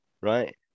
right